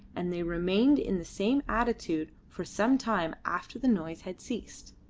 and they remained in the same attitude for some time after the noise had ceased.